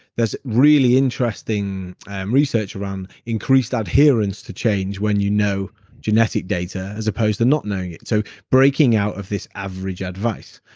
there's really interesting research around increased adherence to change when you know genetic data, as opposed to not knowing it. so, breaking out of this average advice.